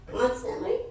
constantly